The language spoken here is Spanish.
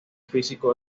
físico